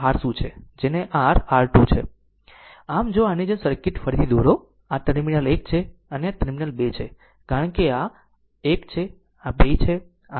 આમ જો આની જેમ સર્કિટ ફરીથી દોરો આ ટર્મિનલ 1 છે અને આ ટર્મિનલ 2 છે કારણ કે આ 1 છે આ 2 છે આ 1 છે આ 2 છે